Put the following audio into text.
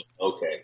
okay